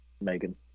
Megan